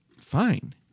fine